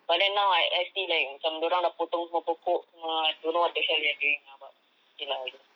but then now I I see like macam dia orang dah potong semua pokok semua I don't know what the hell they are doing but okay lah I guess